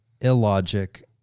illogic